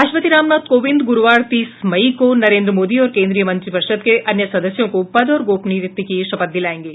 राष्ट्रपति राम नाथ कोविंद गुरुवार तीस मई को नरेंद्र मोदी और केंद्रीय मंत्रिपरिषद के अन्य सदस्यों को पद और गोपनीयता की शपथ दिलाएंगे